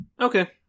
Okay